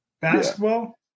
basketball